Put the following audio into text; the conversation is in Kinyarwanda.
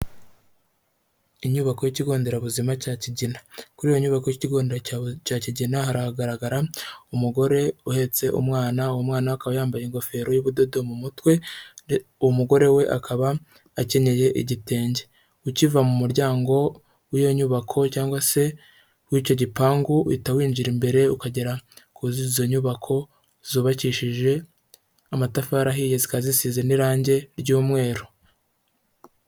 Inyubako y'ikigo nderabuzima cya Kigina. Kuri iyo nyubako y'ikigo nderarabuzima cya Kigina haragaragara umugore uhetse umwana uwo mwana akaba yambaye ingofero y'ubudodo mu mutwe. Umugore we akaba akenyeye igitenge ukiva mu muryango w'iyo nyubako cyangwa se w'icyo gipangu uhita winjira imbere ukagera kuri izo nyubako zubakishije amatafari ahiye zikaba zisize n'irangi ry'umweru.